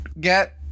get